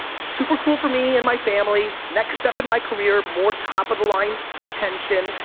super cool for me and my family. next step in my career, more top of the line attention,